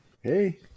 Hey